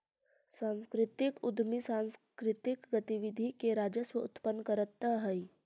सांस्कृतिक उद्यमी सांकृतिक गतिविधि से राजस्व उत्पन्न करतअ हई